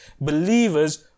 believers